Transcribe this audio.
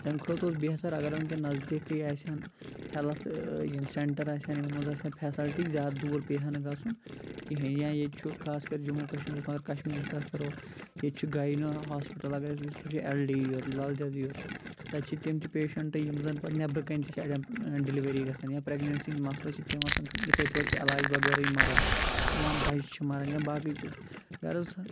تَمہِ کھۄتہٕ اوس بہتر اَگر وُنٛکیٚن نزدیٖکھٕے آسہِ ہان ہیٚلٕتھ ٲں یِم سیٚنٹَر آسہِ ہان یِمَن منٛز آسہِ ہان فیسلٹیٖز زیادٕ دوٗر پیٚیہِ ہا نہٕ گژھُن کِہیٖنۍ یا ییٚتہِ چھُ خاص کر جموں کَشمیٖرَس منٛز اَگر کَشمیٖرٕچۍ کَتھ کَرو ییٚتہِ چھُ گاینو ہاسپٹَل اَگر أسۍ وُچھو سُہ چھُ ایٚل ڈی یوت لل دیٚدٕے یوت تَتہِ چھِ تِم تہِ پیشَنٹہٕ یِم زَن پتہٕ نیٚبرٕ کٕنۍ تہِ چھِ اَڑیٚن ٲں ڈیلوٕری گژھان یا پرٛیٚگنیٚنسی ہنٛدۍ مسلہٕ چھِ تِم آسان یِتھٔے پٲٹھۍ چھِ علاج بغٲرٕے مران یا بَچہٕ چھِ مران یا باقٕے چیٖز غرض